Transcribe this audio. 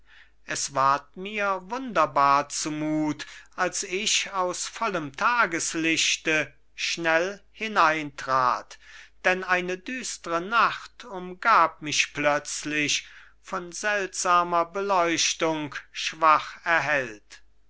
es ward mir wunderbar zumut als ich aus vollem tageslichte schnell hinein trat denn eine düstre nacht umgab mich plötzlich von seltsamer beleuchtung schwach erhellt